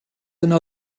yno